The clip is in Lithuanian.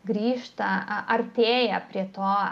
grįžta artėja prie to